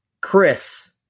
Chris